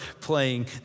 playing